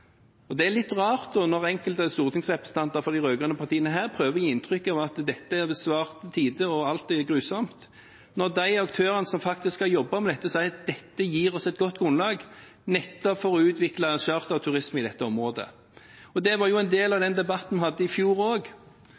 Det er da litt rart når enkelte stortingsrepresentanter for de rød-grønne partiene her prøver å gi inntrykk av at alt er svart og grusomt når de aktørene som faktisk har jobbet med dette, sier at dette gir oss et godt grunnlag nettopp for å utvikle charterturisme i dette området. Det var jo også en del av den debatten vi hadde i fjor,